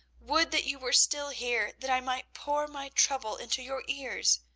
would that you were still here, that i might pour my trouble into your ears!